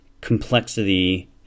complexity